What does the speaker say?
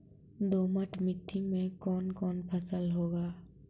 दोमट मिट्टी मे कौन कौन फसल होगा?